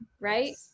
right